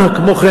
כמו כן,